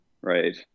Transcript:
right